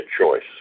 choice